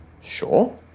Sure